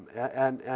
and,